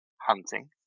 hunting